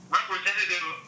representative